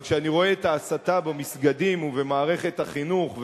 אבל כשאני רואה את ההסתה במסגדים ובמערכת החינוך,